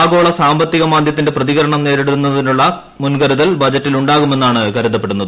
ആഗോള സാമ്പത്തിക മാന്ദ്യത്തിന്റെ പ്രതികരണം നേരിടുന്നതിനുള്ള മുൻകരുതൽ ബജറ്റിലുണ്ടാകുമെന്നാണ് കരുതപ്പെടുന്നത്